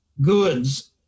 goods